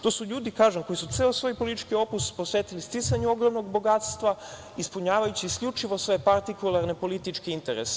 To su ljudi, kažem, koji su ceo svoj politički opus posvetili sticanju ogromnog bogatstva, ispunjavajući isključivo svoje partikularne političke interesa.